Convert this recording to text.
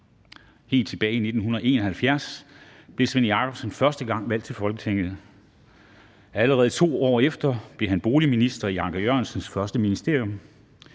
Helt tilbage i 1971 blev Svend Jakobsen for første gang valgt til Folketinget. Allerede to år efter blev han boligminister i Anker Jørgensens første ministerium.